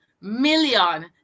million